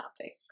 topic